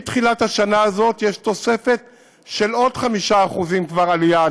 מתחילת השנה הזאת יש כבר תוספת של עוד 5% עלייה,